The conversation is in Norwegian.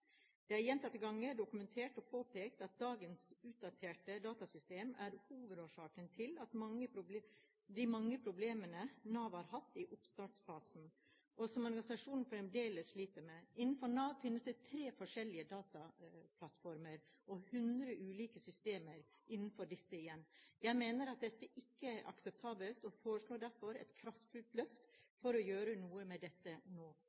Det er gjentatte ganger dokumenter og påpekt at dagens utdaterte datasystem er hovedårsaken til de mange problemene Nav har hatt i oppstartsfasen, og som organisasjonen fremdeles sliter med. Innenfor Nav finnes det tre forskjellige dataplattformer og hundre ulike systemer innenfor disse igjen. Jeg mener at dette ikke er akseptabelt og foreslår derfor et kraftfullt løft for å gjøre noe med dette nå.